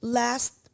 last